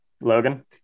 Logan